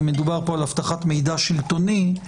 ומדובר פה על אבטחת מידע שלטוני,